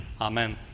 amen